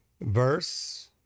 verse